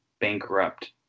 bankrupt